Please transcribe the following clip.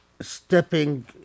stepping